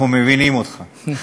אנחנו מבינים אותך.